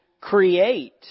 create